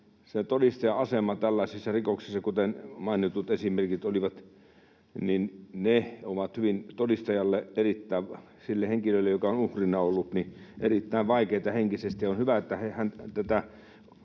todettu, tällaiset rikokset, kuten mainitut esimerkit olivat, ovat todistajalle, sille henkilölle, joka on uhrina ollut, erittäin vaikeita henkisesti, ja on hyvä, että tätä